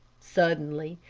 suddenly,